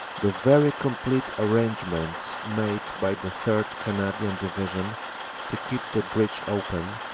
the very complete arrangements made by the third. cana dian division to keep the bridge open,